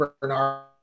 Bernard